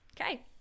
okay